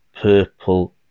Purple